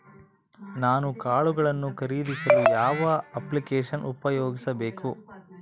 ನಾನು ಕಾಳುಗಳನ್ನು ಖರೇದಿಸಲು ಯಾವ ಅಪ್ಲಿಕೇಶನ್ ಉಪಯೋಗಿಸಬೇಕು?